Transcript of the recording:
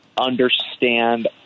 understand